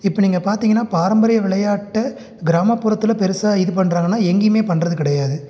இப்போ நீங்கள் பார்த்தீங்கன்னா பாரம்பரிய விளையாட்டை கிராமப்புறத்தில் பெருசாக இது பண்றாங்கன்னால் எங்கேயுமே பண்றது கிடையாது